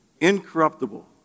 incorruptible